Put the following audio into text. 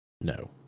No